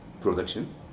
production